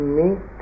meet